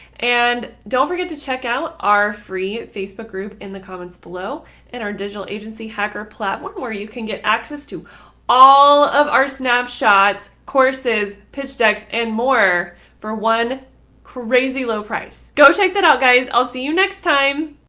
and don't forget to check out our free facebook group in the comments below and our digital agency hacker platform, where you can get access to all of our snapshots, courses, pitch decks and more for one crazy low price. go check that out, guys. i'll see you next time.